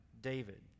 David